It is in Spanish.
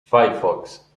firefox